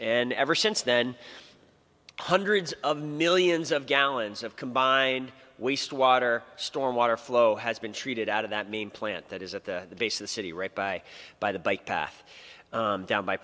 and ever since then hundreds of millions of gallons of combined waste water storm water flow has been treated out of that mean plant that is at the base the city right by by the bike path down by